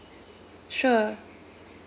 sure